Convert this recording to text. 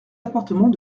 appartements